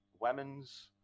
Women's